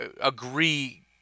agree